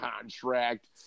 contract